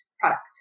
product